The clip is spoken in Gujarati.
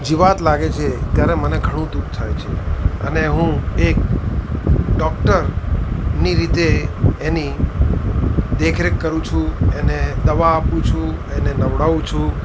જીવાત લાગે છે ત્યારે મને ઘણું દુઃખ થાય છે અને હું એક ડોક્ટરની રીતે એની દેખરેખ કરું છું એને દવા આપું છું એને નવરાવું છું